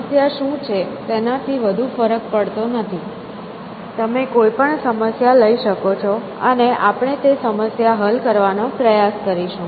સમસ્યા શું છે તેનાથી વધુ ફરક નથી પડતો તમે કોઈપણ સમસ્યા લઈ શકો છો અને આપણે તે સમસ્યા હલ કરવાનો પ્રયાસ કરીશું